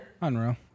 Unreal